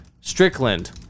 Strickland